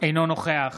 אינו נוכח